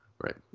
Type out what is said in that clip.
Right